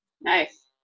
nice